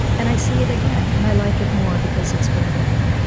and i see it again, and i like it more because it's familiar.